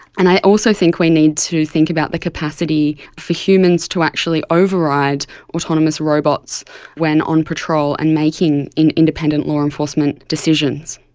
and i also think we need to think about the capacity for humans to actually override autonomous robots when on patrol and making independent law enforcement decisions.